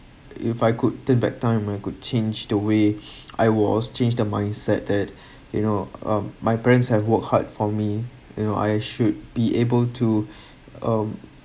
if I could turn back time I could change the way I was change the mindset that you know uh my parents have work hard for me you know I should be able to um